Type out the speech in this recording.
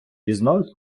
різновид